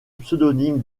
pseudonyme